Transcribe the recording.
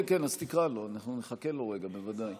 כן, תקרא לו, אנחנו נחכה לו רגע, בוודאי.